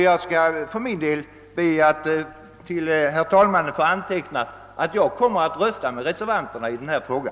Jag skall för min del be, herr talman, att få till protokollet anteckna att jag kommer att rösta med reservanterna i denna fråga.